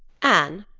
anne,